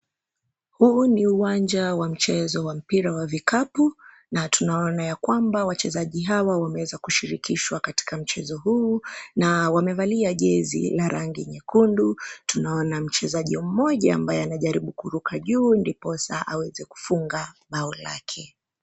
Huu ni uwanja wa mchezo wa mpira wa vikapu. Tunaona ya kwamba wachezaji hawa wameweza kushirikishwa katika mchezo huu, na wamevalia jezi la rangi nyekundu. Tunaona mchezaji mmoja ambaye anajaribu kuruka juu ndiposa aweza kufunga bao lake.